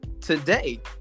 Today